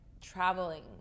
traveling